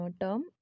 term